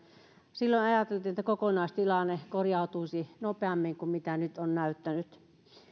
silloin ajateltiin että kokonaistilanne korjautuisi nopeammin kuin miltä nyt on näyttänyt